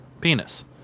penis